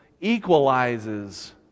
equalizes